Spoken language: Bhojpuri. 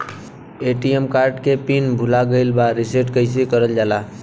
ए.टी.एम कार्ड के पिन भूला गइल बा रीसेट कईसे करल जाला?